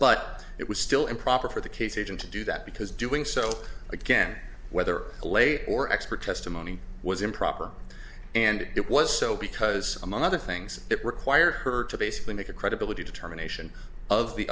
but it was still improper for the case agent to do that because doing so again whether allay or expert testimony was improper and it was so because among other things that require her to basically make a credibility determination of the